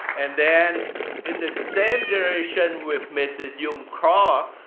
and then in the same generation with mrs. yung krall,